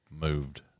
moved